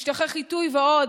משטחי חיטוי ועוד,